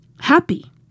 happy